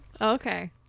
Okay